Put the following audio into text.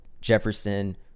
Jefferson